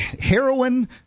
heroin